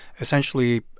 essentially